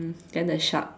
then the shark